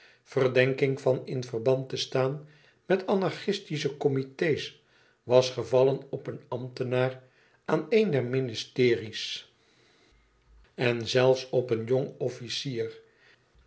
verdenking van in verband te staan met anarchistische comité's was gevallen op een ambtenaar aan een der ministeries en zelfs op een jong officier